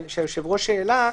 היושב-ראש העלית,